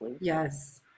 Yes